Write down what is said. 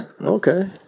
Okay